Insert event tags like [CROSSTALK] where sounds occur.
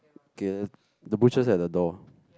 okay [NOISE] the butcher's at the door